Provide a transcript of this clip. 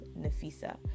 nafisa